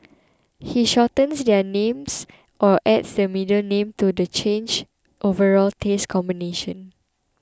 he shortens their names or adds the middle name to the change overall taste combination